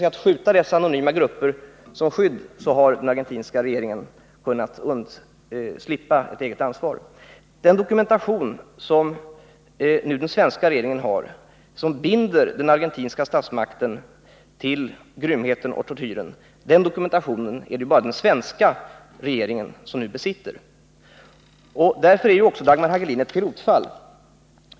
Genom att skjuta fram dessa anonyma grupper som skydd har den argentinska regeringen kunnat undslippa ett eget ansvar. Det är nu bara den svenska regeringen som besitter den dokumentation som binder den argentinska statsmakten vid grymheterna och tortyren. Därför är också fallet Dagmar Hagelin ett pilotfall.